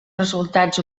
resultats